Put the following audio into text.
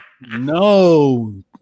No